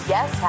Yes